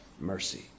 mercy